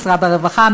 משרד הרווחה,